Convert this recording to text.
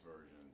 version